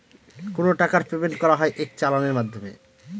কোনো টাকার পেমেন্ট করা হয় এক চালানের মাধ্যমে